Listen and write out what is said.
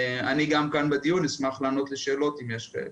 אני גם אשמח לענות לשאלות בדיון, אם יש כאלה.